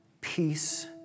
peace